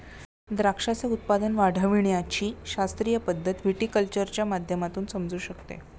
द्राक्षाचे उत्पादन वाढविण्याची शास्त्रीय पद्धत व्हिटीकल्चरच्या माध्यमातून समजू शकते